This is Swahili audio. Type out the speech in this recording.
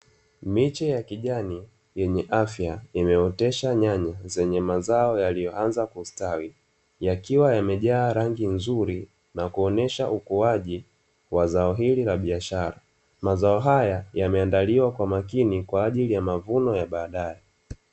Miche ya kijani yenye afya imeotesha nyanya zenye mazao yaliyoanza kustawi yakiwa yamejaa rangi nzuri na kuonyesha ukuwaji wa zao hili la biashara. Mazao haya yameandaliwa kwa makini kwa ajili ya mavuno ya baadae.